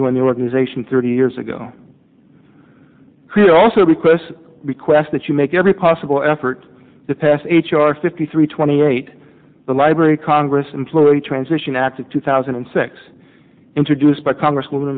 joined the organization thirty years ago we also request bequest that you make every possible effort to pass h r fifty three twenty eight the library of congress employee transition act of two thousand and six introduced by congress